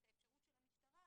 לא.